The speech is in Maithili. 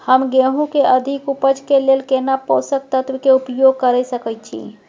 हम गेहूं के अधिक उपज के लेल केना पोषक तत्व के उपयोग करय सकेत छी?